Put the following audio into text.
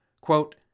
Quote